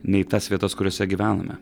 nei tas vietas kuriose gyvename